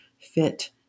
fit